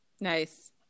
nice